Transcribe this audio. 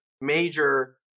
major